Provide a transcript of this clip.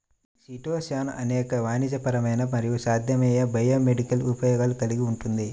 chitosan అనేక వాణిజ్యపరమైన మరియు సాధ్యమయ్యే బయోమెడికల్ ఉపయోగాలు కలిగి ఉంటుంది